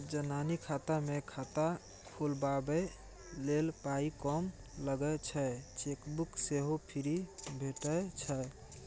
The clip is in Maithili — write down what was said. जनानी खाता मे खाता खोलबाबै लेल पाइ कम लगै छै चेकबुक सेहो फ्री भेटय छै